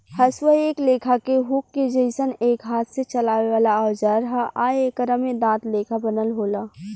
हसुआ एक लेखा के हुक के जइसन एक हाथ से चलावे वाला औजार ह आ एकरा में दांत लेखा बनल होला